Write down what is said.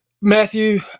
Matthew